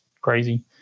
crazy